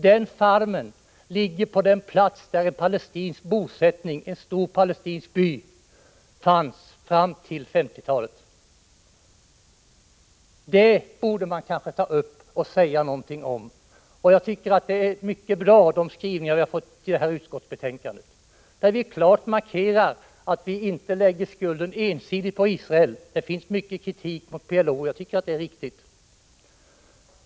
Den farmen ligger på den plats där en palestinsk bosättning, en stor palestinsk by fanns fram till 1950-talet. Det borde man kanske ta upp och säga något om. Jag tycker att de skrivningar som har gjorts i utskottsbetänkandet är mycket bra, där vi klart markerar att vi inte lägger skulden ensidigt på Israel. Det finns mycket kritik som kan framställas mot PLO, och jag tycker att det är riktigt att den framförs.